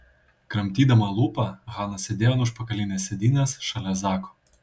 kramtydama lūpą hana sėdėjo ant užpakalinės sėdynės šalia zako